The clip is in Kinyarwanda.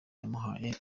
bamuhaye